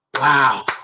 Wow